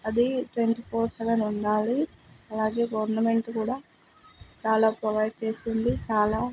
అది twenty four seven ఉండాలి అలాగే గవర్నమెంట్ కూడా చాలా ప్రొవైడ్ చేస్తుంది చాలా